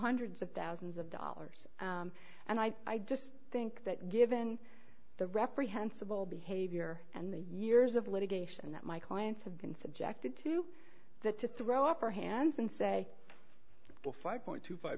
hundreds of thousands of dollars and i just think that given the reprehensible behavior and the years of litigation that my clients have been subjected to that to throw up our hands and say well five million two